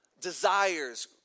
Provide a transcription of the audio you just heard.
Desires